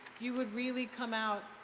you would really come out